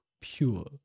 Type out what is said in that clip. pure